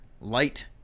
light